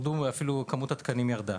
כמות התקנים ירדה.